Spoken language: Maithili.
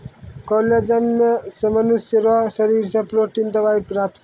कोलेजन से मनुष्य रो शरीर से प्रोटिन दवाई प्राप्त करै छै